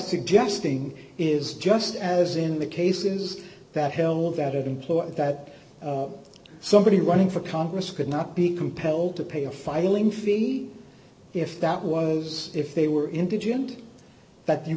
suggesting is just as in the cases that held that it implies that somebody running for congress could not be compelled to pay a filing fee if that was if they were indigent but you